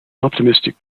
optimistic